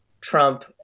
Trump